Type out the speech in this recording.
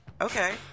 Okay